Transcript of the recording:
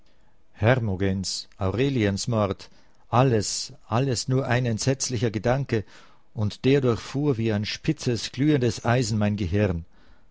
aureliens mord alles alles nur ein entsetzlicher gedanke und der durchfuhr wie ein spitzes glühendes eisen mein gehirn